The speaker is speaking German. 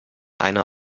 eine